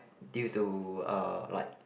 due to uh like